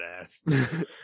ass